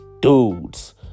Dudes